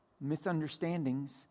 misunderstandings